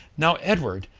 now, edward,